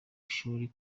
ishuri